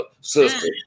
sister